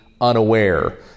unaware